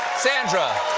sandra,